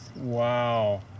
Wow